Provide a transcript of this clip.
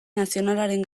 nazionalaren